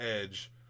Edge